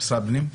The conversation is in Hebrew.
משרד הפנים?